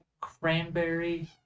cranberry